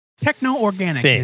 Techno-organic